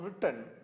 written